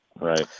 Right